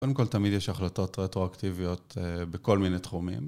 קודם כל תמיד יש החלטות רטרואקטיביות בכל מיני תחומים.